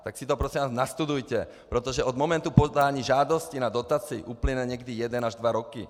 Tak si to, prosím vás, nastudujte, protože od momentu podání žádosti na dotaci uplyne někdy jeden až dva roky.